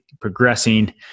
progressing